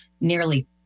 Nearly